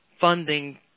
funding